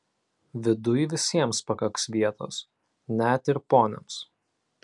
viduj visiems pakaks vietos net ir poniams